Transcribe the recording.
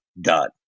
done